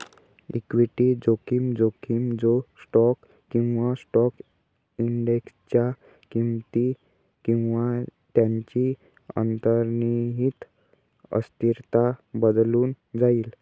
equity जोखीम, जोखीम जे स्टॉक किंवा स्टॉक इंडेक्सच्या किमती किंवा त्यांची अंतर्निहित अस्थिरता बदलून जाईल